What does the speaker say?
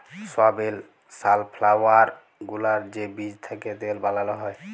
সয়াবিল, sunflower গুলার যে বীজ থ্যাকে তেল বালাল হ্যয়